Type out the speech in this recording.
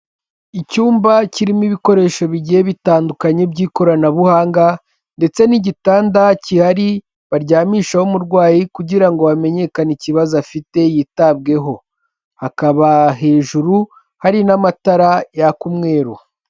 Icyumba kirimo ibikoresho bigiye bitandukanye by'ikoranabuhanga ndetse n'igitanda gihari baryamishaho umurwayi kugira ngo hamenyekane ikibazo afite yitabweho hakaba hejuru hari n'amatara yaka umweru.